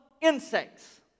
insects